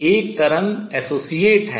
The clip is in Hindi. एक तरंग सम्बद्ध है